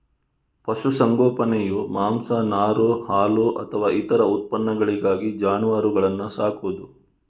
ಪಶು ಸಂಗೋಪನೆಯು ಮಾಂಸ, ನಾರು, ಹಾಲು ಅಥವಾ ಇತರ ಉತ್ಪನ್ನಗಳಿಗಾಗಿ ಜಾನುವಾರುಗಳನ್ನ ಸಾಕುದು